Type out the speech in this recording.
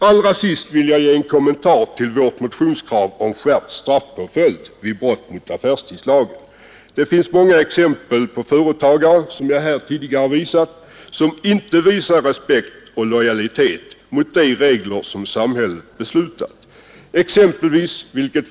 Allra sist vill jag ge en kommentar till vårt motionskrav på skärpt straffpåföljd vid brott mot affärstidslagen. Det finns, som jag tidigare anfört, många exempel på företagare som inte visar respekt och lojalitet mot de regler som samhället beslutat.